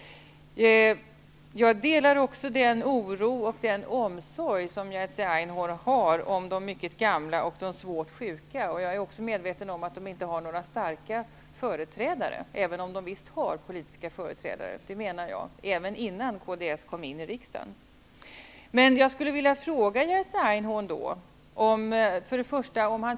Jag delar också den oro och omsorg som Jerzy Einhorn visar de mycket gamla och de svårt sjuka. Jag är också medveten om att de inte har några starka företrädare -- även om de redan innan kds kom i riksdagen visst har haft politiska företrädare.